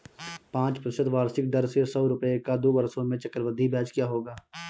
पाँच प्रतिशत वार्षिक दर से सौ रुपये का दो वर्षों में चक्रवृद्धि ब्याज क्या होगा?